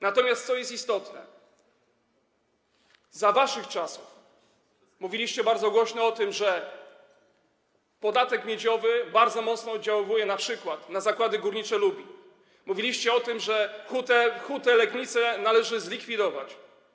Natomiast, co jest istotne, za waszych czasów mówiliście bardzo głośno o tym, że podatek miedziowy bardzo silnie oddziałuje np. na Zakłady Górnicze Lubin, mówiliście o tym, że hutę Legnicę należy zlikwidować.